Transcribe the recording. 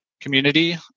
community